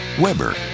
Weber